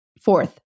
Fourth